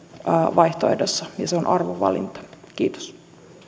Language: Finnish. vaihtoehdossa ja se on arvovalinta kiitos